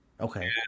Okay